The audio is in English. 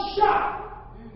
shot